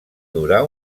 durar